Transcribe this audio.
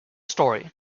story